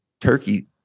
Turkey